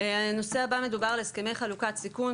הנושא הבא: הסכמי חלוקת סיכון.